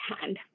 hand